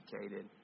educated